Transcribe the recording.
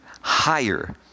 higher